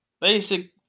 basic